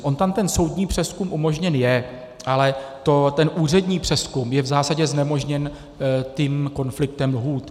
On tam ten soudní přezkum umožněn je, ale ten úřední přezkum je v zásadě znemožněn tím konfliktem lhůt.